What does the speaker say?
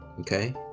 okay